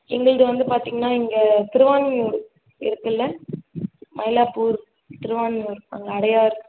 எங்களது வந்து பார்த்தீங்கன்னா இங்கே திருவான்மியூர் இருக்கில்ல மயிலாப்பூர் திருவான்மியூர் அங்கே அடையார்